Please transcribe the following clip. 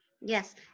Yes